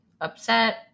upset